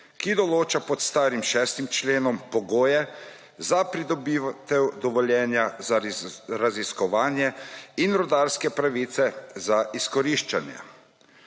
ki določa pod starim 6. členom pogoje za pridobitev dovoljenja za raziskovanje in rudarske pravice za izkoriščanje.